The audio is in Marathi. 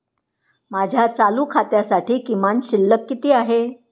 माझ्या चालू खात्यासाठी किमान शिल्लक किती आहे?